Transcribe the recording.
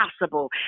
possible